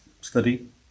study